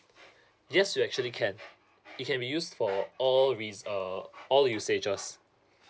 yes you actually can it can be used for all which err all you say just